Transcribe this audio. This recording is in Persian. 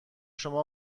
شما